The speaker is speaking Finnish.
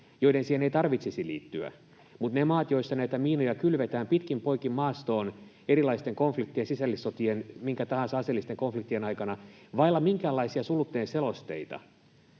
joiden siihen ei tarvitsisi liittyä, mutta ne maat, joissa näitä miinoja kylvetään pitkin poikin maastoon erilaisten konfliktien, sisällissotien, minkä tahansa aseellisten konfliktien aikana vailla minkäänlaisia sulutteen selosteita,